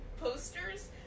posters